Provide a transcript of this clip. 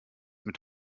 mit